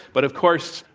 but of course,